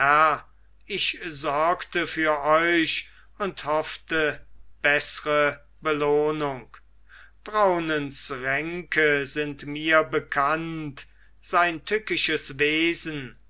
ich sorgte für euch und hoffte beßre belohnung braunens ränke sind mir bekannt sein tückisches wesen